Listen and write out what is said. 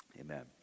amen